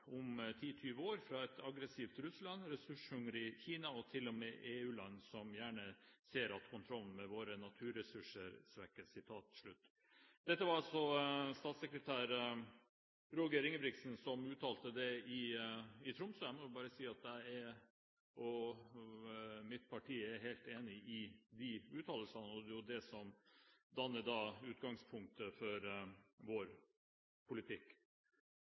om ti–tyve år fra et aggressivt Russland, ressurshungrig Kina og til og med EU-land som gjerne ser at kontrollen vår med naturressurser svekkes.» Det var statssekretær Roger Ingebrigtsen som uttalte dette i Tromsø. Jeg må bare si at jeg og mitt parti er helt enig i de uttalelsene, og det er det som danner utgangspunktet for vår politikk.